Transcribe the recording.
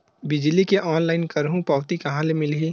बिजली के ऑनलाइन करहु पावती कहां ले मिलही?